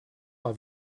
mal